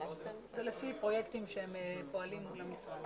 לפי פרויקטים שהם פועלים מול המשרד.